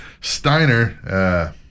Steiner